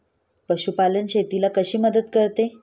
पशुपालन शेतीला कशी मदत करते?